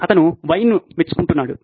అతను వైన్ ను మెచ్చుకున్నాడు